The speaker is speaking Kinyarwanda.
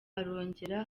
arongera